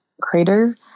crater